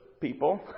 people